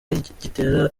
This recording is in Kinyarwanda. gitera